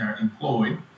employed